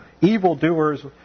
Evildoers